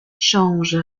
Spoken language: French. change